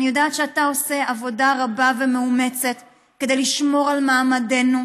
אני יודעת שאתה עושה עבודה רבה ומאומצת כדי לשמור על מעמדנו,